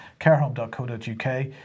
carehome.co.uk